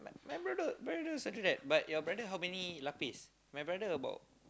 m~ my brother my brother also do that but your brother how many lapis my brother about